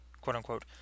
quote-unquote